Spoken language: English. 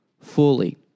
fully